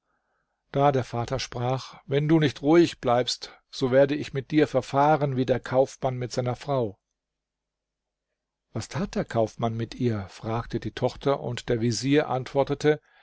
da der vater sprach wenn du nicht ruhig bleibst so werde ich mit dir verfahren wie der kaufmann mit seiner frau was tat der kaufmann mit ihr fragte die tochter und der vezier antwortete